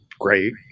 great